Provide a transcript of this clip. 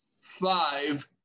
five